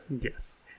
yes